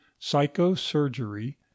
psychosurgery